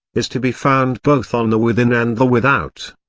is to be found both on the within and the without.